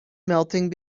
melting